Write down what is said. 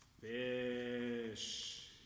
Fish